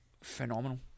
phenomenal